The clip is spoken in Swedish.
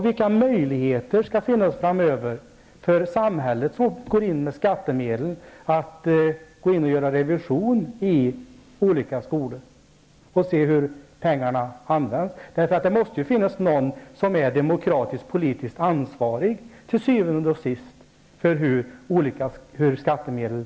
Vilka möjligheter skall finnas framöver för samhället, som går in med skattemedel, att göra en revision i olika skolor och se hur pengarna används? Det måste ju till syvende och sist finnas någon som är politiskt ansvarig i demokratisk mening för hur man använder skattemedel.